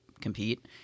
compete